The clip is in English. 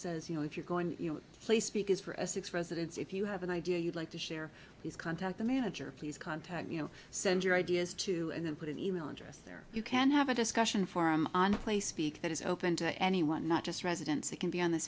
says you know if you're going you know place speakers for a six residents if you have an idea you'd like to share these contact the manager please contact you know send your ideas to and then put an email address there you can have a discussion forum on a place speak that is open to anyone not just residents that can be on th